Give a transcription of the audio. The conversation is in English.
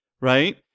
Right